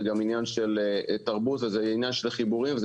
זה גם עניין של תרבות וזה עניין של חיבורים וזה